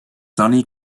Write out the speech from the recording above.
sonny